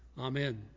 Amen